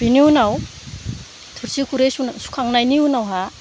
बेनि उनाव थोरसि खुरै सुखांनायनि उनावहा